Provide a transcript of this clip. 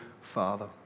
father